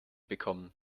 bekommen